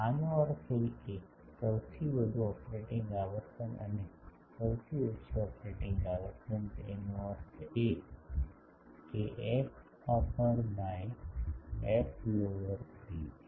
આનો અર્થ એ કે સૌથી વધુ ઓપરેટિંગ આવર્તન અને સૌથી ઓછી ઓપરેટિંગ આવર્તન એનો અર્થ એ કે fupper બાય flower 3 છે